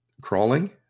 Crawling